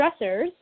stressors